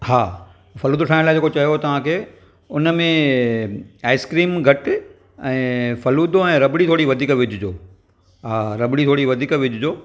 हा फलुदो ठाहिण लाइ चयो तव्हांखे हुन में आइस्क्रीम घटि ऐं फलुदो ऐं रबड़ी थोरी वधीक विझिजो हा रबड़ी थोरी वधीक विझिजो